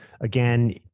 again